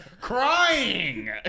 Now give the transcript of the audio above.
crying